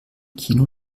kino